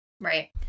Right